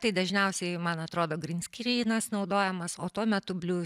tai dažniausiai man atrodo grynskrynas naudojamas o tuo metu bliu